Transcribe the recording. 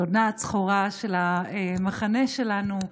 היונה הצחורה של המחנה שלנו.